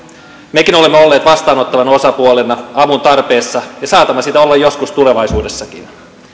mekin olemme olleet vastaanottavana osapuolena avun tarpeessa ja saatamme sitä olla joskus tulevaisuudessakin